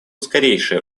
скорейшее